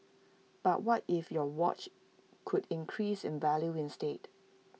but what if your watch could increase in value instead